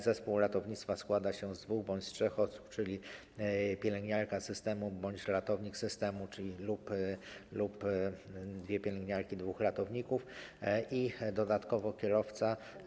Zespół ratownictwa składa się z dwóch bądź z trzech osób, czyli jest pielęgniarka systemu bądź ratownik systemu lub dwie pielęgniarki, dwóch ratowników i dodatkowo kierowca.